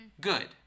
good